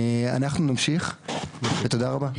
אנחנו נמשיך ותודה רבה.